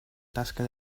tasche